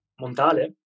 Montale